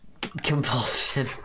compulsion